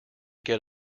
get